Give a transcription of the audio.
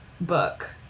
book